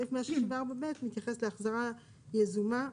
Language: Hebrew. המתייחס להחזרה יזומה.